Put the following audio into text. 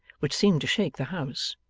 which seemed to shake the house,